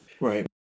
Right